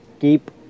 keep